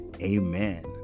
Amen